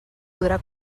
podrà